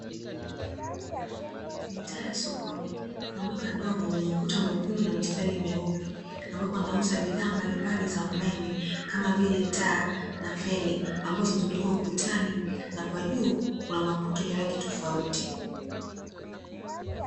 Mitaa ya sokoni kuna duka dogo lenye ukuta mwekundu na mistari myeupe, ambapo wanauza bidhaa mbalimbali za umeme, kama vile, taa na feni, ambazo hutundikwa ukutani na kwa juu kuna maputo yenye rangi tofauti.